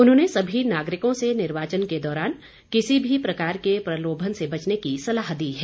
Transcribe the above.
उन्होंने सभी नागरिकों से निर्वाचन के दौरान किसी भी प्रकार के प्रलोभन से बचने की सलाह दी है